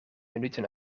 minuten